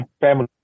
family